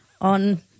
on